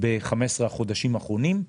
ב-15 החודשים האחרונים.